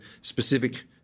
specific